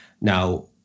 Now